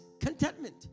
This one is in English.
contentment